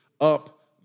up